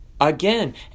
again